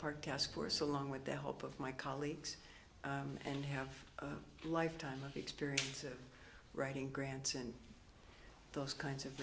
park task force along with the help of my colleagues and have a lifetime of experience writing grants and those kinds of